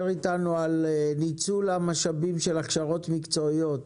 איתנו על ניצול המשאבים של הכשרות מקצועיות.